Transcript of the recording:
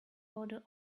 order